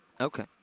Okay